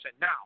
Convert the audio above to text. now